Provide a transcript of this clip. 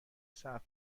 ثبت